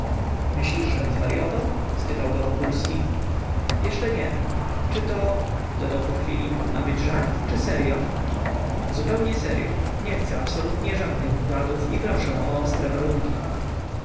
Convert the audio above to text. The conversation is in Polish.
myślisz żem zwaryował spytał go wokulski jeszcze nie czy to dodał po chwili ma być żart czy seryo zupełnie seryo nie chcę absolutnie żadnych układów i proszę o ostre warunki